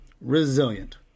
Resilient